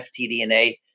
FTDNA